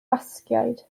basgiaid